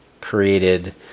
created